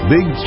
Big